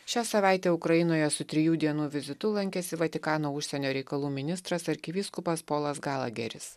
šią savaitę ukrainoje su trijų dienų vizitu lankėsi vatikano užsienio reikalų ministras arkivyskupas polas galageris